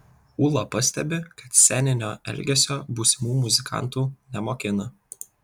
ūla pastebi kad sceninio elgesio būsimų muzikantų nemokina